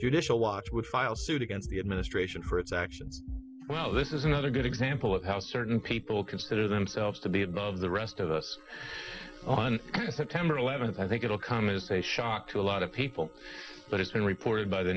judicial watch which filed suit against the administration for its actions wow this is another good example of how certain people consider themselves to be above the rest of us on september eleventh i think it'll come as a shock to a lot of people but it's been reported by the